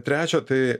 trečia tai